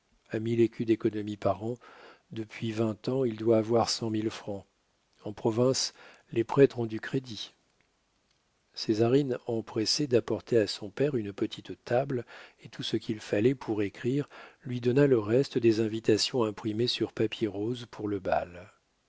mille écus d'économie par an depuis vingt ans il doit avoir cent mille francs en province les prêtres ont du crédit césarine empressée d'apporter à son père une petite table et tout ce qu'il fallait pour écrire lui donna le reste des invitations imprimées sur papier rose pour le bal